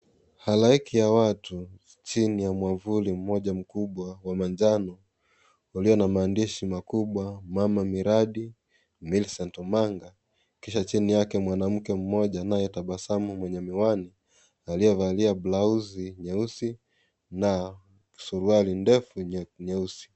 Halaiki ya watu chini ya mwavuli mmoja mkubwa wa manjano ulio maandishi makubwa mama miradi Millicent Omanga kisha chini yake kijana anatabasamu mwenye miwani aliyevalia blausi nyeusi na suruali ndefu nyeusi.